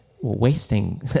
wasting